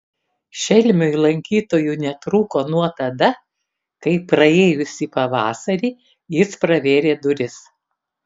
šelmiui lankytojų netrūko nuo tada kai praėjusį pavasarį jis pravėrė duris